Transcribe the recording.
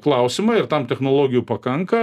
klausimą ir tam technologijų pakanka